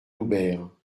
loubert